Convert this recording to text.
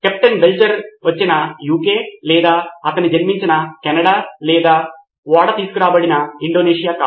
కాబట్టి వారు నేర్చుకునేటప్పుడు మంచి అవగాహన రావాలి వారు తరగతిలో ఏమి నేర్చుకుంటున్నారో వారు ఉపాధ్యాయుల నుండి పంచుకుంటున్న నోట్సుతో సమకాలీకరించబడతారు